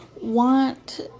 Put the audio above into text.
want